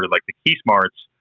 like, the keysmarts,